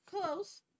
Close